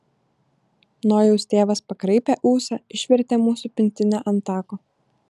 nojaus tėvas pakraipė ūsą išvertė mūsų pintinę ant tako